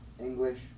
English